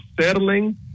settling